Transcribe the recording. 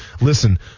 listen –